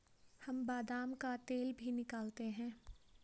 हम बादाम का तेल भी निकालते हैं